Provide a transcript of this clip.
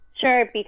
sure